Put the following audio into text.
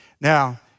Now